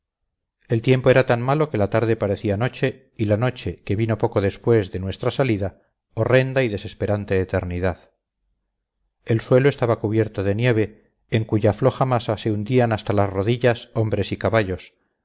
el tiempo era tan malo que la tarde parecía noche y la noche que vino poco después de nuestra salida horrenda y desesperante eternidad el suelo estaba cubierto de nieve en cuya floja masa se hundían hasta las rodillas hombres y caballos